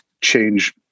change